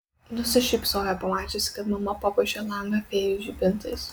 nusišypsojo pamačiusi kad mama papuošė langą fėjų žibintais